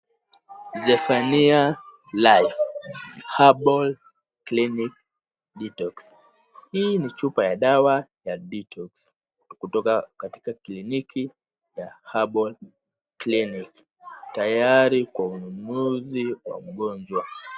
Zephania Life Herbal Clinic Detox . Hii ni chupa ya dawa ya detox kutoka katika kliniki ya Herbal Clinic tayari kwa ununuzi wa mgonjwa.